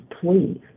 please